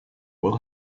will